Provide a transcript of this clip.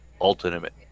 ultimate